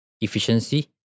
efficiency